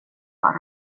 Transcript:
för